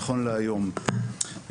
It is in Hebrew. נכון להיום,